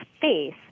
face